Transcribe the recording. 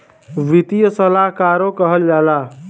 वित्तीय सलाहकारो कहल जाला